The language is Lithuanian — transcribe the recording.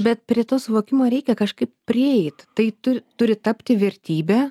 bet prie to suvokimo reikia kažkaip prieit tai turi turi tapti vertybe